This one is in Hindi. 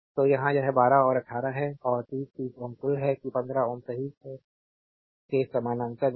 तो यहां यह 12 और 18 है तो 30 30 Ω कुल है कि 15 Ω सही के साथ समानांतर में है